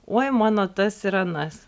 oi mano tas ir anas